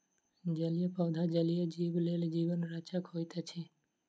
जलीय पौधा जलीय जीव लेल जीवन रक्षक होइत अछि